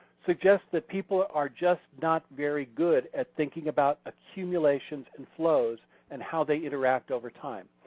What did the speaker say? suggest that people are just not very good at thinking about accumulations and flows and how they interact over time.